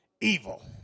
evil